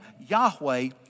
Yahweh